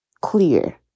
clear